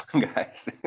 guys